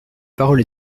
parole